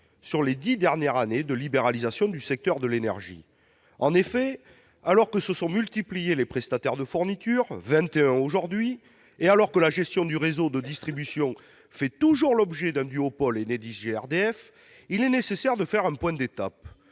sur les dix dernières années de libéralisation du secteur de l'énergie. Alors que se sont multipliés les prestataires de fourniture- vingt et un aujourd'hui -et alors que la gestion du réseau de distribution fait toujours l'objet d'un duopole Enedis-GRDF, il est nécessaire de faire un point d'étape.